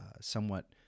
somewhat